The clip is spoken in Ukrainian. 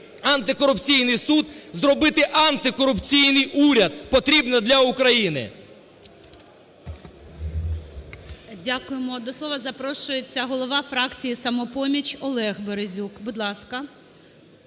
антикорупційним суд, зробити антикорупційний уряд, потрібний для України.